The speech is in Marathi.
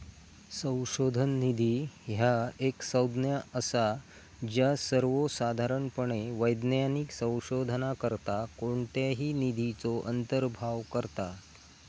संशोधन निधी ह्या एक संज्ञा असा ज्या सर्वोसाधारणपणे वैज्ञानिक संशोधनाकरता कोणत्याही निधीचो अंतर्भाव करता